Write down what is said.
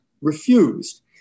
refused